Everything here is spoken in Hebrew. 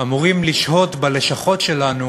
אמורים לשהות בלשכות שלנו